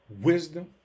wisdom